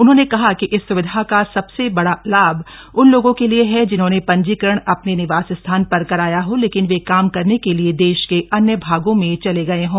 उन्होंने कहा कि इस सुविधा का सबसे बड़ा लाभ उन लोगों के लिए है जिन्होंने पंजीकरण अपने निवास स्थान पर कराया हो लेकिन वे काम करने के लिए देश के अन्य भागों में चले गए हों